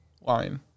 line